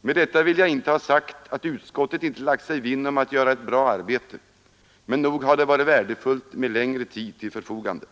Med detta vill jag inte ha sagt att utskottet inte lagt sig vinn om att göra ett bra arbete, men nog hade det varit värdefullt med längre tid till förfogande.